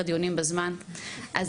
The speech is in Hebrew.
דיונים בזמן והדיון הזה הוא רק שעה וחצי,